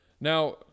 Now